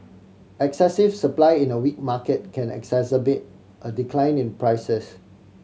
excessive supply in a weak market can exacerbate a decline in prices